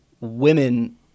women